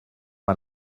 man